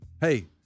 Hey